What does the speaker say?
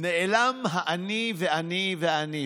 נעלם ה"אני ואני ואני ואני",